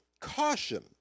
caution